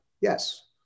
Yes